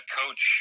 coach